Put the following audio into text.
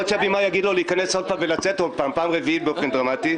יכול להיות שהבמאי יגיד לו להיכנס עוד פעם ולצאת עוד פעם באופן דרמטי,